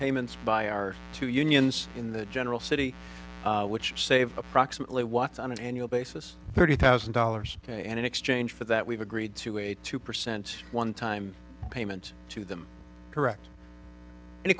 payments by our two unions in the general city which save approximately what's on an annual basis thirty thousand dollars and in exchange for that we've agreed to a two percent one time payment to them correct any